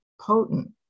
potent